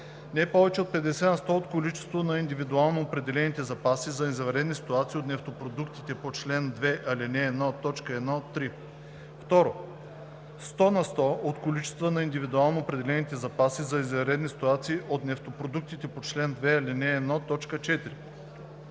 не повече от 50 на сто от количеството на индивидуално определените запаси за извънредни ситуации от нефтопродуктите по чл. 2, ал. 1, т. 1 – 3; 2. сто на сто от количеството на индивидуално определените запаси за извънредни ситуации от нефтопродуктите по чл. 2, ал. 1, т. 4.